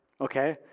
okay